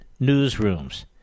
newsrooms